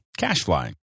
CashFly